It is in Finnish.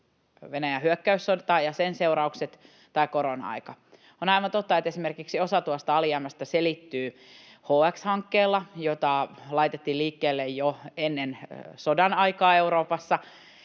Venäjän hyökkäyssota ja sen seuraukset tai korona-aika. On aivan totta, että esimerkiksi osa tuosta alijäämästä selittyy HX-hankkeella, jota laitettiin liikkeelle jo ennen sodan aikaa Euroopassa,